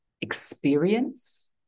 experience